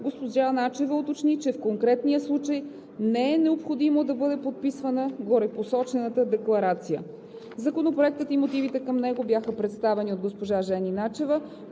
госпожа Начева уточни, че в конкретния случай не е необходимо да бъде подписвана горепосочената декларация. Законопроектът и мотивите към него бяха представени от госпожа Начева,